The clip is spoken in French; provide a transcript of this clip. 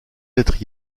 être